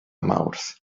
mawrth